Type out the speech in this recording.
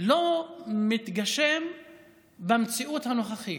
לא מתגשם במציאות הנוכחית,